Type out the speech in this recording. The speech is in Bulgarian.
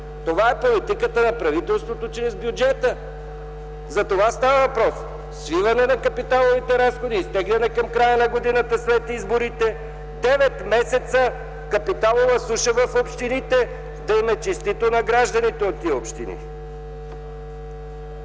Това е политиката на правителството чрез бюджета, за това става въпрос – свиване на капиталовите разходи, изтегляне към края на годината след изборите, 9 месеца капиталова суша в общините. Да им е честито на гражданите от тези общини!